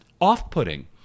off-putting